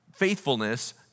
faithfulness